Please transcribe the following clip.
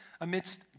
amidst